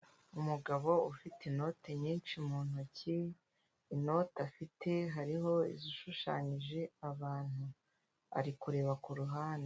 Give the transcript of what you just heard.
Umugabo ufite inoti nyinshi mu ntoki, inoti afite hariho izishushanyije abantu ari kureba ku ruhande.